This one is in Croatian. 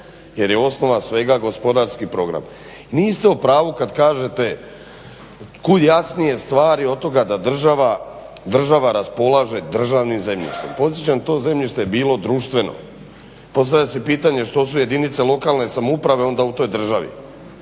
jer je osnova svega gospodarski program. Niste u pravu kad kažete kud jasnije stvari od toga da država raspolaže državnim zemljištem. Podsjećam, to zemljište je bilo društveno. Postavlja se pitanje što su jedinice lokalne samouprave onda u toj državi,